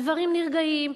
הדברים נרגעים,